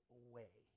away